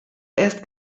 erst